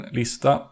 lista